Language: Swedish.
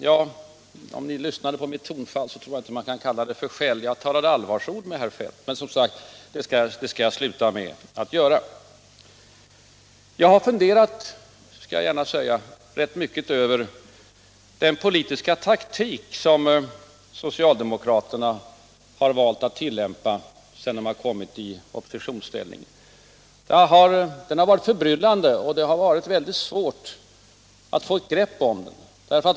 Den som lyssnade på mitt tonfall tror jag inte kan kalla detta för skäll. Jag talade allvarsord med herr Feldt — men, som sagt, det skall jag sluta att göra. Jag har funderat — det skall jag gärna säga — rätt mycket över den politiska taktik som socialdemokraterna har valt att tillämpa sedan de kommit i oppositionsställning. Den har varit förbryllande, och det har varit svårt att få ett grepp om den.